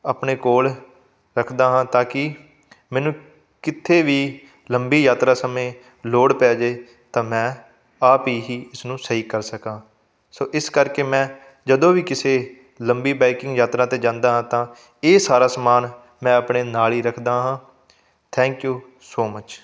ਆਪਣੇ ਕੋਲ ਰੱਖਦਾ ਹਾਂ ਤਾਂ ਕਿ ਮੈਨੂੰ ਕਿੱਥੇ ਵੀ ਲੰਬੀ ਯਾਤਰਾ ਸਮੇਂ ਲੋੜ ਪੈ ਜੇ ਤਾਂ ਮੈਂ ਆਪ ਹੀ ਇਸ ਨੂੰ ਸਹੀ ਕਰ ਸਕਾਂ ਸੋ ਇਸ ਕਰਕੇ ਮੈਂ ਜਦੋਂ ਵੀ ਕਿਸੇ ਲੰਬੀ ਬਾਈਕਿੰਗ ਯਾਤਰਾ 'ਤੇ ਜਾਂਦਾ ਹਾਂ ਤਾਂ ਇਹ ਸਾਰਾ ਸਮਾਨ ਮੈਂ ਆਪਣੇ ਨਾਲ ਹੀ ਰੱਖਦਾ ਹਾਂ ਥੈਂਕ ਯੂ ਸੋ ਮੱਚ